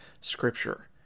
scripture